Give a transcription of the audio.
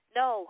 no